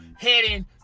heading